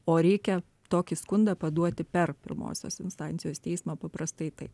o reikia tokį skundą paduoti per pirmosios instancijos teismą paprastai taip